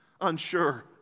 unsure